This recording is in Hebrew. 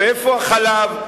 ואיפה החלב?